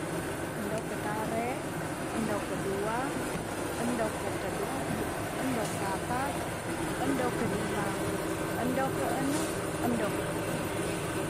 Endo ketare, endo kedua, endo ketedu, endo kapat, endo kedima, endo keenem, endo kepitu.